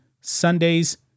Sunday's